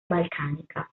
balcanica